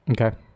okay